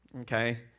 Okay